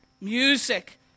music